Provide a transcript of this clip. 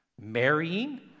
marrying